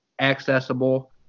accessible